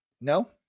No